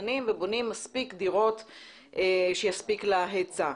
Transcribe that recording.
מתכננים ובונים מספיק דירות שיספיק להיצע.